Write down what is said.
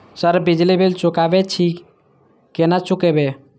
Sir बिजली bill चुकाबे की छे केना चुकेबे?